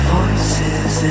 voices